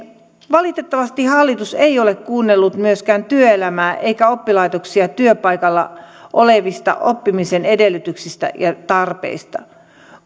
valitettavasti hallitus ei ole kuunnellut myöskään työelämää eikä oppilaitoksia työpaikalla olevista oppimisen edellytyksistä ja tarpeista